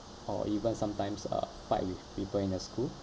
or even sometimes uh fight with people in the school